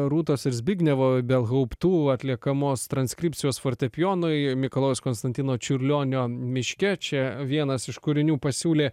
rūtos ir zbignevo belhauptų atliekamos transkripcijos fortepijonui mikalojaus konstantino čiurlionio miške čia vienas iš kūrinių pasiūlė